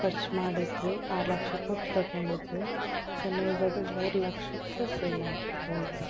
ಖರ್ಚು ಮಾಡಿದ್ವಿ ಆರು ಲಕ್ಷ ಕೊಟ್ಟು ತಗೊಂಡಿದ್ವಿ ಕೊನೆಗದು ಮೂರು ಲಕ್ಷಕ್ಕೆ ಸೇಲಾಗಿ ಹೋಯಿತು